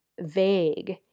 vague